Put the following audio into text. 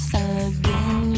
again